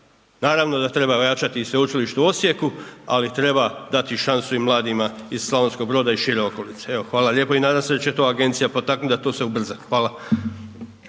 Naravno da treba ojačati i Sveučilište u Osijeku ali treba dati i šansu i mladim iz Slavonskog Broda i šire okolice, evo hvala lijepo i nadam će to agencija potaknut da to se ubrza. Hvala.